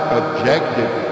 objective